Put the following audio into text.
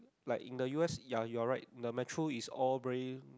like in the u_s ya you are right the matron is all very